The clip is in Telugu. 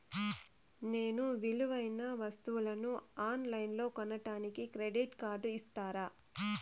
నేను విలువైన వస్తువులను ఆన్ లైన్లో కొనడానికి క్రెడిట్ కార్డు ఇస్తారా?